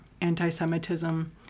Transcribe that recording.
anti-semitism